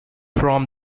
from